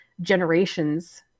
generations